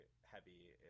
heavy